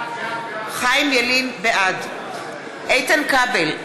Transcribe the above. בעד איתן כבל,